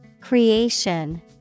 Creation